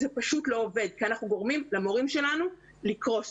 זה פשוט לא עובד כי אנחנו גורמים למורים שלנו לקרוס.